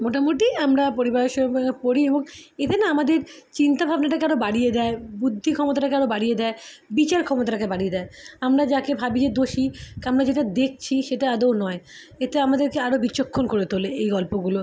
মোটামোটি আমরা পরিবারের সবাই পড়ি এবং এতে না আমাদের চিন্তাভাবনাটাকে আরও বাড়িয়ে দেয় বুদ্ধি ক্ষমতাটাকে আরও বাড়িয়ে দেয় বিচার ক্ষমতাটাকে বাড়িয়ে দেয় আমরা যাকে ভাবি যে দোষী আমরা যেটা দেখছি সেটা আদৌ নয় এতে আমাদেরকে আরও বিচক্ষণ করে তোলে এই গল্পগুলো